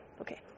okay